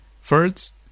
First